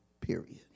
period